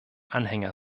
anhänger